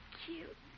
cute